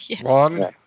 One